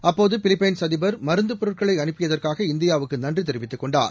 அப்போது பிலிப்பைன்ஸ் அதிபர் மருந்தப் பொருட்களைஅனுப்பியதற்காகஇந்தியாவுக்குநன்றிதெரிவித்துக் கொண்டார்